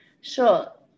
Sure